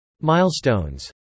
milestones